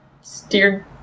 steered